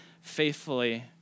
faithfully